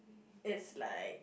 it's like